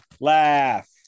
Laugh